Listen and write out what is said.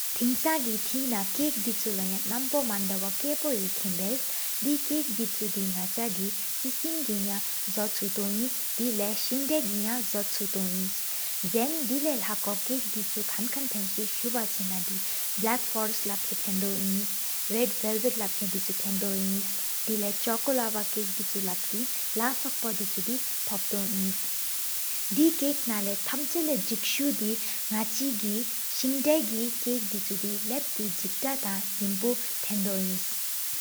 ཐེན་ས་གི་དྷེ་ན་ཀེཀ་དྲི་ཆུ་ལོ་ནམཔོ། མནདོ་བོ་ཀཔོ་ཡེ་ཀེན་བཡ། དེ་ཀེཀ་དྲི་ཆུ་དི་ནགཆ་གི་ཆེསིང་གི་ཡ། ཟོཆུཏོ་ཨིན་དེ་ལེ་སིནད་གི་ཡ་ཟོཆུ་ཏོ་ཨིན། ཟན་དེ་ལེ་ལགོ་ཀེཀ་དྲི་ཆུ་ཀན་ཀན་ཐེནདོ། སུ་བ་ཆེ་ན་དི་བལཀ་ཕོ་རེསཏ་པི་་ལབཀུན་ཐེནདོ་ཨིན། རེད་བའེལབེཏ་ལབཀུན་དྲི་ཆུ་ཐེནདོ་ཨིན། དེ་ལེ་ཀྲོ་ཀོ་ལ་བ་ལབཀུན་དྲི་ཆུ་ལ་སོག་པོ། དྲི་ཆུ་དི་ཐོབ་ཏོ་ཨིན། དེ་ཀེཀ་ན་ཐམ་ཆ་ལེ་ཟེཀ་ཆུ་དི་ནག་ཆི་གི། སིནད་གི་ཀེཀ་དྲི་ཆུ་དི་ལབ་ཏེ་ཟིགར་་ཐང། སིམ་པོ་ཐེན་ཏོ་ཨིནས།